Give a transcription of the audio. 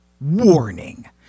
Warning